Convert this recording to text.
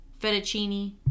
fettuccine